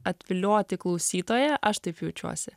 atvilioti klausytoją aš taip jaučiuosi